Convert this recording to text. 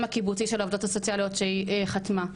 הקיבוצי של העובדות הסוציאליות שהיא חתמה,